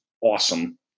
awesome